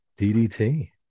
DDT